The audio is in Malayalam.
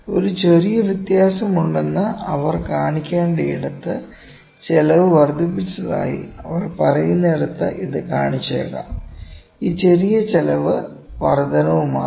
ഒരു ചെറിയ വ്യത്യാസമുണ്ടെന്ന് അവർ കാണിക്കേണ്ടയിടത്ത് ചെലവ് വർദ്ധിപ്പിച്ചതായി അവർ പറയുന്നിടത്ത് ഇത് കാണിച്ചേക്കാം ഈ ചെറിയ ചെലവ് വർദ്ധനവ് മാത്രം